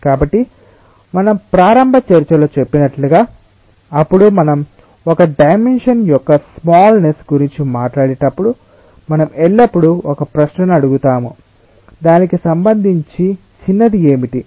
కాబట్టి మన ప్రారంభ చర్చలో చెప్పినట్లుగా అప్పుడు మనం ఒక డైమెన్షన్ యొక్క స్మాల్ నెస్ గురించి మాట్లాడేటప్పుడు మనం ఎల్లప్పుడూ ఒక ప్రశ్నను అడుగుతాము దానికి సంబంధించి చిన్నది ఏమిటి